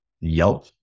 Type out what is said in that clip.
Yelp